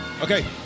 Okay